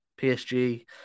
PSG